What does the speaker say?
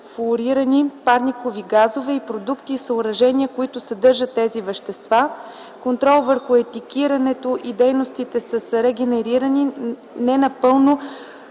парникови газове и продукти и съоръжения, които съдържат тези вещества, контрол върху етикетирането и дейностите с регенерирани, не напълно